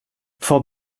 for